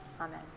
Amen